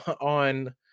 on